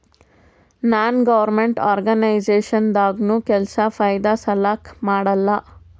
ನಾನ್ government organisation ದಾಗ್ನು ಕೆಲ್ಸಾ ಫೈದಾ ಸಲಾಕ್ ಮಾಡಲ್ಲ